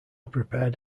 prepped